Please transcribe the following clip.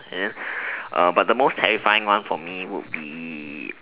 and then uh but the most terrifying one for me would be